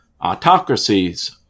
autocracies